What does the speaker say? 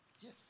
Yes